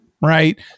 right